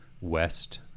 west